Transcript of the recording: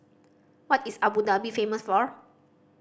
what is Abu Dhabi famous for